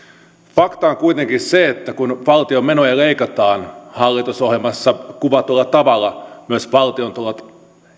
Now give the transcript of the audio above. fakta on kuitenkin se että kun valtion menoja leikataan hallitusohjelmassa kuvatulla tavalla myös valtion tulot